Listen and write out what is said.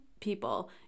people